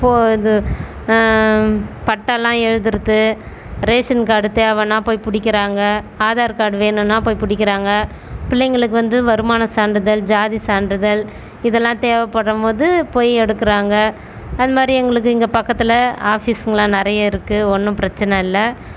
பட்டாலாம் எழுதுறது ration card தேவைன்னா போய் பிடிக்கிறாங்க ஆதார் கார்டு வேணும்னா போய் பிடிக்கிறாங்க பிள்ளைங்களுக்கு வந்து வருமானம் சான்றிதழ் ஜாதி சான்றிதழ் இதெல்லாம் தேவைப்படும்போது போய் எடுக்கிறாங்க அந்தமாதிரி எங்களுக்கு இங்கே பக்கத்தில் ஆஃபீஸுங்கள்லாம் நிறைய இருக்குது ஒன்றும் பிரச்சனை இல்லை